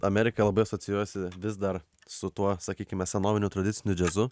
amerika labai asocijuojasi vis dar su tuo sakykime senoviniu tradiciniu džiazu